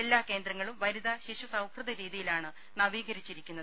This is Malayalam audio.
എല്ലാ കേന്ദ്രങ്ങളും വനിതാ ശിശുസൌഹൃദ രീതിയിലാണ് നവീകരിച്ചിരിക്കുന്നത്